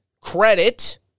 credit